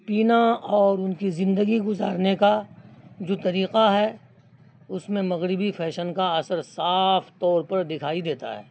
پینا اور ان کی زندگی گزارنے کا جو طریقہ ہے اس میں مغربی فیشن کا اثر صاف طور پر دکھائی دیتا ہے